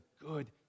good